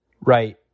Right